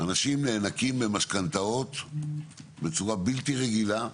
אנשים נאנקים במשכנתאות בצורה בלתי רגילה.